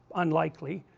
unlikely,